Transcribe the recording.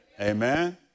Amen